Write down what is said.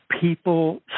people